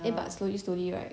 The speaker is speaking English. I kind of